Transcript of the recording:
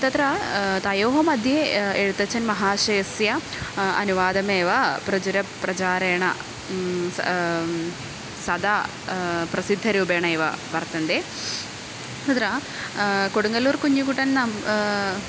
तत्र तयोः मध्ये एषुत्तच्चन् महाशयस्य अनुवादमेव प्रचुरप्रचारेण सदा प्रसिद्धरूपेण एव वर्तन्ते तत्र कुडङ्गल्लूर् कुञ्जुकुटन्